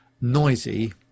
noisy